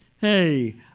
Hey